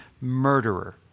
murderer